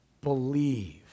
believe